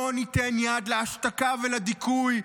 לא ניתן יד להשתקה ולדיכוי.